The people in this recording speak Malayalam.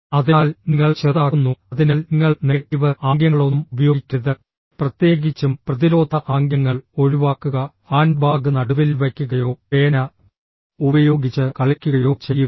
അതിനാൽ നിങ്ങൾ ചെറുതാക്കുന്നു അതിനാൽ നിങ്ങൾ നെഗറ്റീവ് ആംഗ്യങ്ങളൊന്നും ഉപയോഗിക്കരുത് പ്രത്യേകിച്ചും പ്രതിരോധ ആംഗ്യങ്ങൾ ഒഴിവാക്കുക ഹാൻഡ്ബാഗ് നടുവിൽ വയ്ക്കുകയോ പേന ഉപയോഗിച്ച് കളിക്കുകയോ ചെയ്യുക